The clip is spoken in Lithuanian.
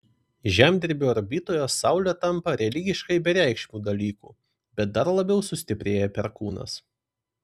žemdirbio orbitoje saulė tampa religiškai bereikšmiu dalyku bet dar labiau sustiprėja perkūnas